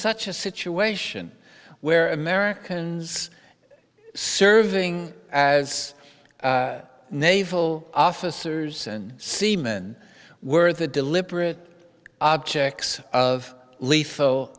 such a situation where americans serving as naval officers and seamen were the deliberate objects of lethal